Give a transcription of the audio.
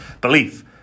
belief